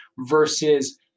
versus